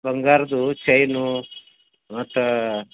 ಬಂಗಾರದ್ದು ಚೈನು ಮತ್ತು